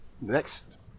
next